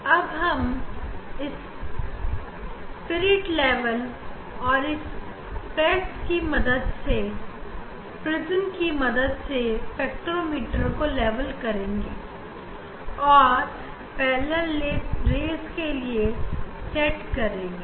अब हम इस स्पिरिट लेवल और इस प्रिज्म की मदद से स्पेक्ट्रोमीटर को लेबल करेंगे और समानांतर किरणों के लिए सेट करेंगे